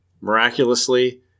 miraculously